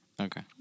Okay